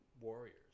Warriors